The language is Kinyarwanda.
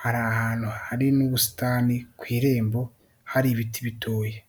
hari ahantu hari n'ubusitani ku irembo hari ibiti bitoya.